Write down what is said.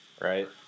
right